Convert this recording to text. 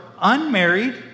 unmarried